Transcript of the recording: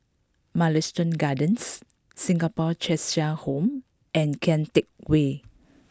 Mugliston Gardens Singapore Cheshire Home and Kian Teck Way